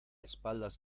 espaldas